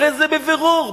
הרי בבירור,